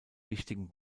wichtigen